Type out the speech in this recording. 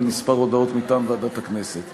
עוברת לוועדת הכנסת,